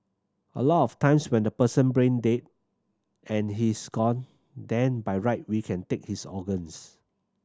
a lot of times when the person brain dead and he's gone then by right we can take his organs